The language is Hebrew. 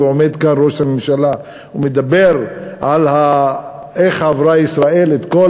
ועומד כאן ראש הממשלה ומדבר על איך ישראל עברה את כל